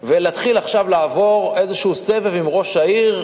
ולהתחיל עכשיו לעבור איזה סבב עם ראש העיר,